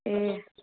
ए